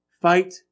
Fight